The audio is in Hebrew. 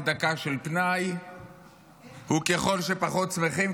דקה של פנאי --- וככל שפחות שמחים,